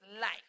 life